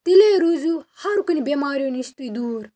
تیٚلے روٗزیوٗ ہر کُنہِ بٮ۪ماریو نِش تُہۍ دوٗر